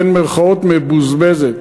"מבוזבזת".